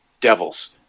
devils